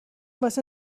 واسه